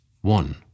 One